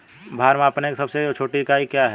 भार मापने की सबसे छोटी इकाई क्या है?